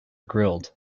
grilled